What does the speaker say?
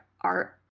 art